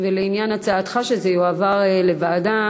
ולעניין הצעתך שזה יועבר לוועדה,